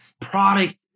product